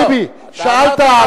חבר הכנסת ביבי, שאלת.